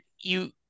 you-